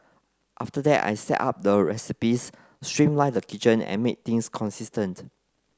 after that I set up the recipes streamlined the kitchen and made things consistent